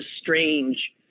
strange